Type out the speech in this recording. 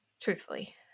Truthfully